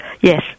Yes